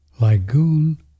Lagoon